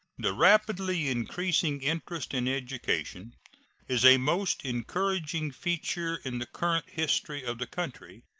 the rapidly increasing interest in education is a most encouraging feature in the current history of the country,